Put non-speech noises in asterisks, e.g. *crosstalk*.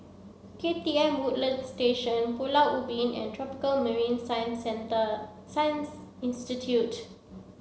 K T M Woodlands Station Pulau Ubin and Tropical Marine *unintelligible* Science Institute